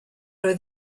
oedd